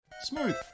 Smooth